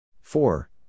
Four